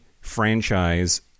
franchise